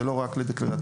ולא רק לדקלרטיבי,